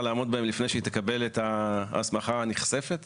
לעמוד בהם לפני שהיא תקבל את ההסמכה הנכספת,